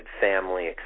family